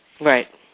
Right